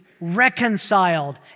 reconciled